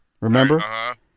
remember